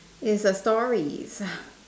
is a story